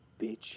Bitch